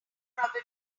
probably